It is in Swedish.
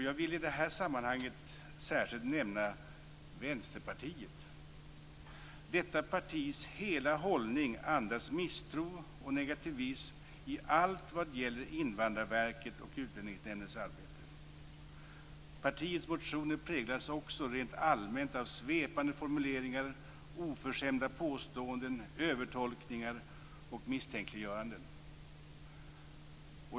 Jag vill i det här sammanhanget särskilt nämna Vänsterpartiet. Detta partis hela hållning andas misstro och negativism i allt vad gäller Invandrarverkets och Utlänningsnämndens arbete. Partiets motioner präglas också rent allmänt av svepande formuleringar, oförskämda påståenden, övertolkningar och misstänkliggöranden.